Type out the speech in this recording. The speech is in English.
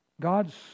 God's